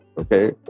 okay